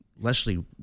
Leslie